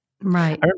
Right